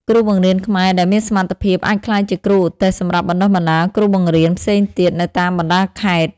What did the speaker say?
គ្រូបង្រៀនខ្មែរដែលមានសមត្ថភាពអាចក្លាយជាគ្រូឧទ្ទេសសម្រាប់បណ្តុះបណ្តាលគ្រូបង្រៀនផ្សេងទៀតនៅតាមបណ្តាខេត្ត។